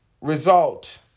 result